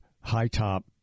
high-top